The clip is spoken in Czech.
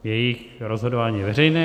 Jejich rozhodování je veřejné.